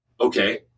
okay